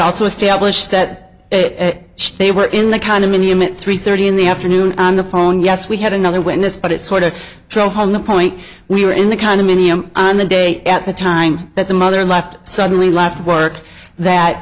also established that it they were in the condominium it three thirty in the afternoon on the phone yes we had another witness but it sort of trial home the point we were in the condominium on the date at the time that the mother left suddenly left work that